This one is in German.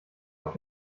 auf